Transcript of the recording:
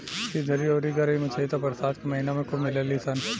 सिधरी अउरी गरई मछली त बरसात के महिना में खूब मिलेली सन